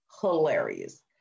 Hilarious